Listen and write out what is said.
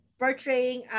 portraying